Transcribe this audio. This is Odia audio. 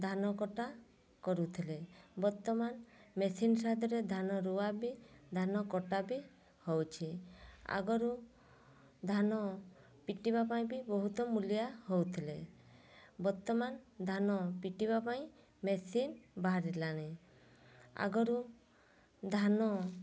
ଧାନ କଟା କରୁଥିଲେ ବର୍ତ୍ତମାନ ମେସିନ୍ ସହାୟତାରେ ଧାନ ରୁଆ ବି ଧାନ କଟା ବି ହେଉଛି ଆଗରୁ ଧାନ ପିଟିବା ପାଇଁ ବି ବହୁତ ମୁଲିଆ ହେଉଥିଲେ ବର୍ତ୍ତମାନ ଧାନ ପିଟିବା ପାଇଁ ମେସିନ୍ ବାହାରିଲାଣି ଆଗରୁ ଧାନ